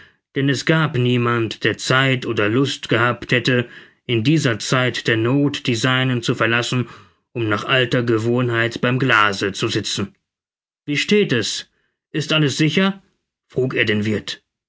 denn es gab niemand der zeit oder lust gehabt hätte in dieser zeit der noth die seinen zu verlassen um nach alter gewohnheit beim glase zu sitzen wie steht es ist alles sicher frug er den wirth